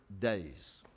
days